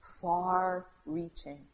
far-reaching